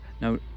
Now